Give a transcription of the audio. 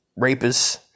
rapists